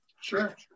Sure